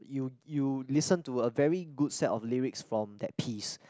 you you listen to a very good set of lyrics from that piece